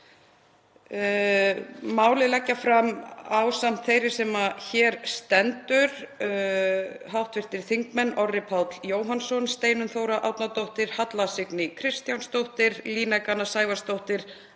Málið leggja fram, ásamt þeirri sem hér stendur, hv. þingmenn Orri Páll Jóhannsson, Steinunn Þóra Árnadóttir, Halla Signý Kristjánsdóttir, Líneik Anna Sævarsdóttir,